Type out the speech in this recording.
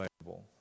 available